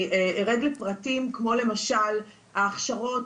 אני ארד לפרטים, כמו למשל ההכשרות,